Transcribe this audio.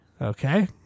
Okay